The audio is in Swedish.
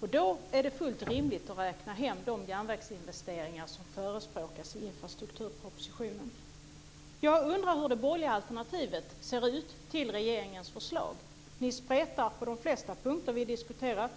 Då är det fullt rimligt att räkna hem de järnvägsinvesteringar som förespråkas i infrastrukturpropositionen. Jag undrar hur det borgerliga alternativet ser ut till regeringens förslag. Ni spretar på de flesta punkter vi diskuterat.